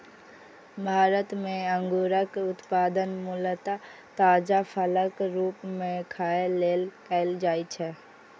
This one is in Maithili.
भारत मे अंगूरक उत्पादन मूलतः ताजा फलक रूप मे खाय लेल कैल जाइ छै